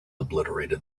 obliterated